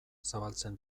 zabaltzen